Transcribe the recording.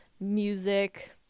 music